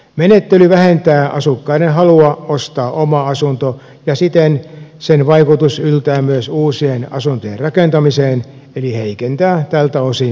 menettely vähentää asukkaiden halua ostaa oma asunto ja siten sen vaikutus yltää myös uusien asuntojen rakentamiseen eli heikentää tältä osin maamme työllisyyttä